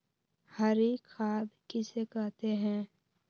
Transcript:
हरी खाद किसे कहते हैं?